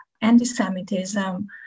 anti-Semitism